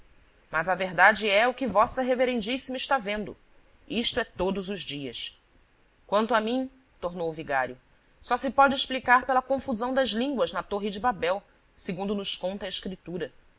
mas a verdade é o que vossa reverendíssima está vendo isto é todos os dias quanto a mim tornou o vigário só se pode explicar pela confusão das línguas na torre de babel segundo nos conta a escritura